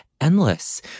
endless